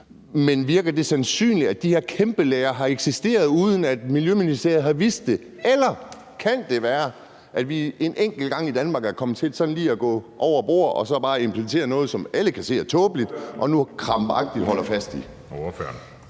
men virker det sandsynligt, at de her kæmpe lagre har eksisteret, uden at Miljøministeriet har vidst det? Eller kan det være, at vi en enkelt gang i Danmark er kommet til sådan lige at gå over gevind og har implementeret noget, som alle kan se er tåbeligt, og som vi nu krampagtigt holder fast i?